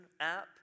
app